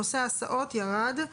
נושא ההסעות ירד.